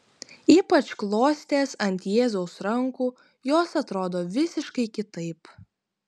ypač klostės ant jėzaus rankų jos atrodo visiškai kitaip